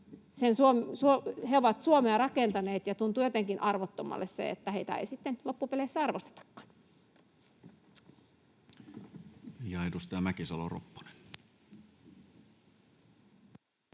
He ovat Suomea rakentaneet, ja tuntuu jotenkin arvottomalle, että heitä ei sitten loppupeleissä arvostetakaan.